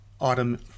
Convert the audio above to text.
autumn